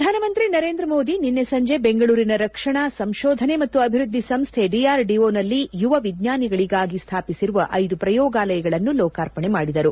ಪ್ರಧಾನಮಂತ್ರಿ ನರೇಂದ್ರ ಮೋದಿ ನಿನ್ನೆ ಸಂಜೆ ಬೆಂಗಳೂರಿನ ರಕ್ಷಣಾ ಸಂಶೋಧನೆ ಮತ್ತು ಅಭಿವ್ಯದ್ದಿ ಸಂಸ್ಥೆ ಡಿಆರ್ಡಿಒನಲ್ಲಿ ಯುವ ವಿಜ್ಞಾನಿಗಳಿಗಾಗಿ ಸ್ಥಾಪಿಸಿರುವ ಐದು ಪ್ರಯೋಗಾಲಯಗಳನ್ನು ಲೋಕಾರ್ಪಣೆ ಮಾಡಿದರು